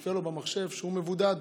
מופיע להם במחשב שהוא מבודד,